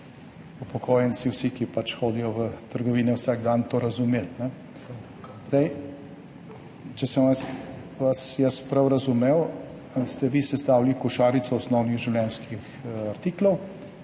upokojenci, vsi, ki pač hodijo v trgovine vsak dan, to razumeli. Če sem vas jaz prav razumel, ste vi sestavili košarico osnovnih življenjskih artiklov,